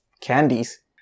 candies